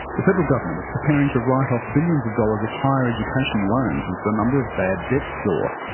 the federal government is preparing to write off billions of dollars of higher education loans as the number of bad debts soar.